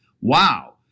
wow